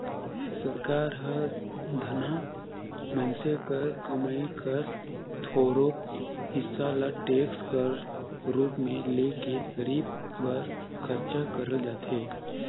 सरकार हर धनहा मइनसे कर कमई कर थोरोक हिसा ल टेक्स कर रूप में ले के गरीब बर खरचा करल जाथे